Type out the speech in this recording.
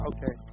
Okay